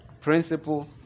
Principle